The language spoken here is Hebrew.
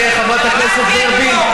חברת הכנסת ורבין.